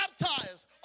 baptized